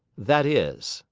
that is,